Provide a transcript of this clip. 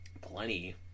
plenty